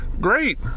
great